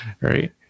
Right